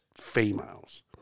females